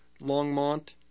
Longmont